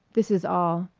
this is all.